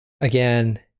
again